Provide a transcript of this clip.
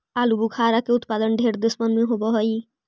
आलूबुखारा के उत्पादन ढेर देशबन में होब हई